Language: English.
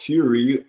Fury